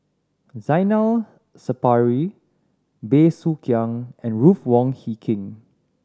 Zainal Sapari Bey Soo Khiang and Ruth Wong Hie King